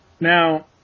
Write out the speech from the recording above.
Now